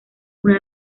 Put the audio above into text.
una